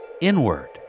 inward